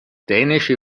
dänische